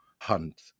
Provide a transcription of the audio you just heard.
Hunt